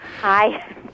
Hi